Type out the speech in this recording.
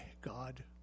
God